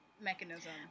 mechanism